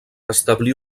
establí